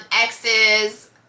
exes